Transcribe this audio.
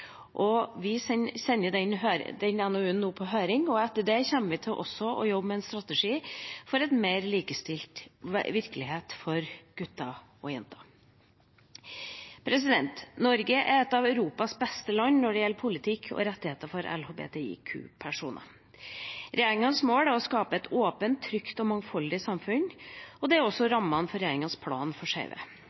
unge. Vi sender nå NOU-en på høring, og etter det kommer vi til også å jobbe med en strategi for en mer likestilt virkelighet for gutter og jenter. Norge er et av Europas beste land når det gjelder politikk og rettigheter for LHBTIQ-personer. Regjeringas mål er å skape et åpent, trygt og mangfoldig samfunn, og det er også rammen for regjeringas plan for skeive.